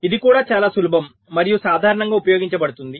ఇది కూడా చాలా సులభం మరియు సాధారణంగా ఉపయోగించబడుతుంది